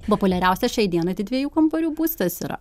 populiariausia šiai dienai tai dviejų kambarių būstas yra